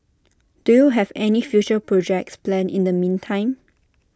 do you have any future projects planned in the meantime